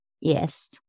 Yes